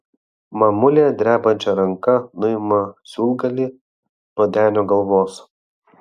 mamulė drebančia ranka nuima siūlgalį nuo denio galvos